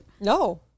No